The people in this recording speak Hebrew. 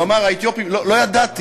והוא אמר על האתיופים: לא ידעתי.